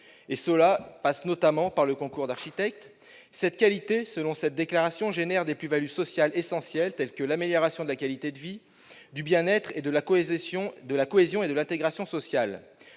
Cela passe notamment par le concours d'architectes. Cette qualité, selon cette déclaration, engendre des plus-values sociales essentielles telles que l'amélioration de la qualité de vie, du bien-être, de la cohésion et de l'intégration sociales.